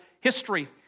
history